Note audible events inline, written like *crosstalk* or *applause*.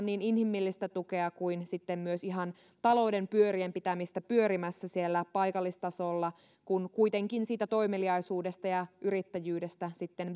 *unintelligible* niin inhimillistä tukea kuin ihan talouden pyörien pitämistä pyörimässä siellä paikallistasolla kun kuitenkin siitä toimeliaisuudesta ja yrittäjyydestä sitten *unintelligible*